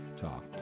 talk